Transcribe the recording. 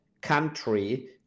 country